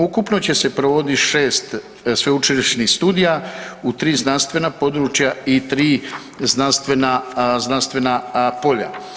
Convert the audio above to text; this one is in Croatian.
Ukupno će se provoditi 6 sveučilišnih studija u 3 znanstvena područja i 3 znanstvena polja.